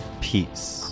peace